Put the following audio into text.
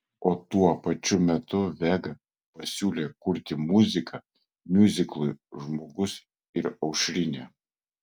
o tuo pačiu metu vega pasiūlė kurti muziką miuziklui žmogus ir aušrinė